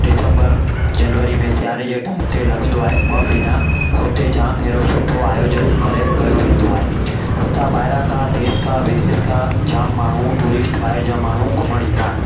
डिसम्बर जनवरी में सियारे जे टाइम ते लगंदो आहे ॿ महीना हुते जाम अहिड़ो सुठो आयोजन करे कयो वेंदो आहे हुतां ॿाहिरां खां देस खां विदेस खां जाम माण्हू टूरिस्ट ॿाहिरि जा माण्हू घुमण ईंदा आहिनि